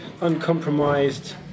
Uncompromised